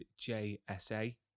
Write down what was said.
JSA